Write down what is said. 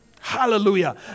Hallelujah